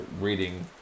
reading